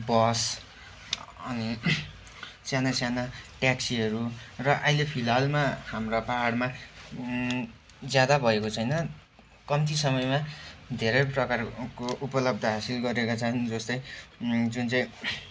बस अनि साना साना ट्याक्सीहरू र अहिले फिलहालमा हाम्रा पाहाडमा ज्यादा भएको छैन कम्ती समयमा धेरै प्रकारको उपलब्ध हासिल गरेका छन् जस्तै जुन चाहिँ